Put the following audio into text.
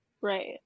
Right